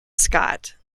scott